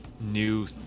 new